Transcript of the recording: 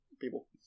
people